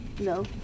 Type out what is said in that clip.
No